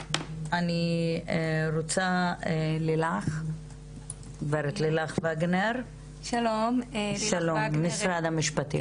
גב' לילך וגנר ממשרד המשפטים בבקשה.